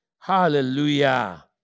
Hallelujah